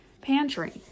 pantry